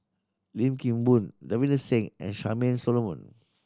Lim Kim Boon Davinder Singh and Charmaine Solomon